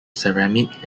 ceramic